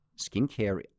skincare